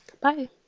bye